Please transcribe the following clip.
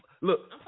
Look